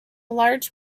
large